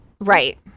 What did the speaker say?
Right